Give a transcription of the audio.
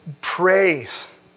praise